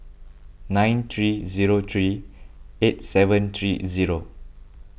nine three zero three eight seven three zero